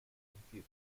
compute